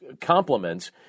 compliments